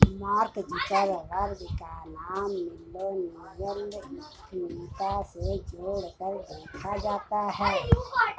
mark Zuckerberg का नाम millennial उद्यमिता से जोड़कर देखा जाता है